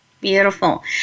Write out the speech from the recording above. Beautiful